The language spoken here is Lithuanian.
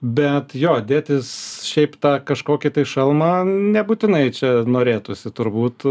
bet jo dėtis šiaip tą kažkokį tai šalmą nebūtinai čia norėtųsi turbūt